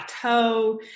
plateau